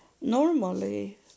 normally